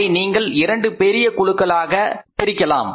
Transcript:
அதை நீங்கள் இரண்டு பெரிய குழுக்களாக பிரிக்கலாம்